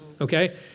okay